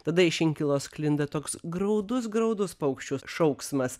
tada iš inkilo sklinda toks graudus graudus paukščio šauksmas